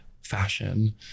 fashion